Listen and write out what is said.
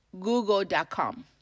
google.com